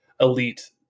elite